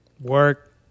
work